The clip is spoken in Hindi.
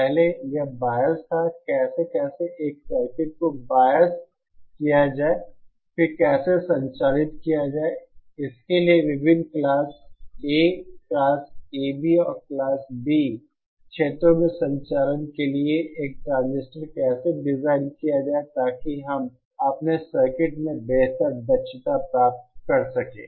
पहले यह बायस था कैसे कैसे एक सर्किट को बायस किया जाए फिर कैसे संचालित किया जाए इसके लिए विभिन्न क्लास A क्लास AB और क्लास B क्षेत्रों में संचालन के लिए एक ट्रांजिस्टर कैसे डिजाइन किया जाए ताकि हम अपने सर्किट में बेहतर दक्षता प्राप्त कर सकें